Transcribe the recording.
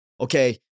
okay